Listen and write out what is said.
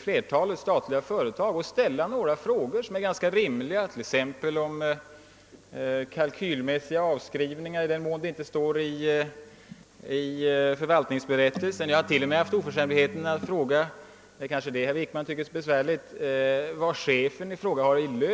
flertalet statliga företag och ställt några frågor som jag tycker är ganska rimliga, t.ex. om kalkylmässiga avskrivningar, i den mån detta inte står i förvaltningsberättelsen. Jag har t.o.m. haft oförskämdheten att fråga — och det är kanske detta herr Wickman tycker är verkligt besvärande — vad företagschefen har i lön.